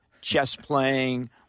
chess-playing